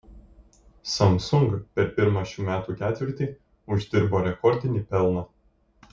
samsung per pirmą šių metų ketvirtį uždirbo rekordinį pelną